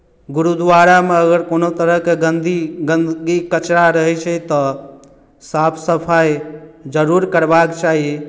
गुरुद्वारामे अगर कोनो तरहके गन्दगी गन्दगी कचरा रहैत छै तऽ साफ सफाइ जरूर करबाक चाही